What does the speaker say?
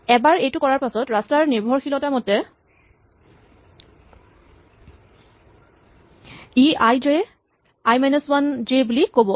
এবাৰ এইটো কৰাৰ পাছত ৰাস্তাৰ নিৰ্ভৰশীলতামতে ই আই ০ ক আই - ৱান ০ বুলি ক'ব